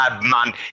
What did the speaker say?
Man